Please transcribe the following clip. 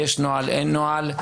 יש נוהל, אין נוהל?